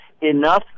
enough